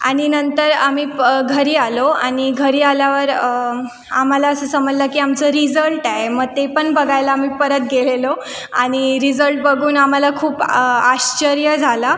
आणि नंतर आम्ही प घरी आलो आणि घरी आल्यावर आम्हाला असं समजलं की आमचं रिजल्ट आहे मग ते पण बघायला आम्ही परत गेलेलो आणि रिजल्ट बघून आम्हाला खूप आश्चर्य झाला